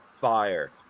fire